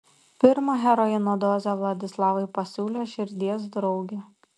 pirmą heroino dozę vladislavui pasiūlė širdies draugė